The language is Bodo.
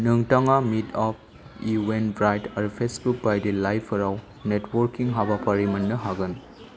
नोंथाङा मिटआप इभेन्टब्राइट आरो फेसबुक बायदि लाइभफोराव नेटवर्किं हाबाफारि मोन्नो हागोन